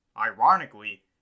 Ironically